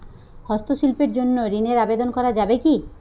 হস্তশিল্পের জন্য ঋনের আবেদন করা যাবে কি?